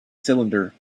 cylinder